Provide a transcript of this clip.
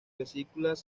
vesículas